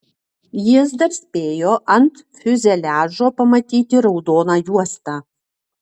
jis dar spėjo ant fiuzeliažo pamatyti raudoną juostą